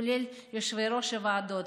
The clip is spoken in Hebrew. כולל יושבי-ראש הוועדות,